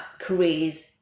careers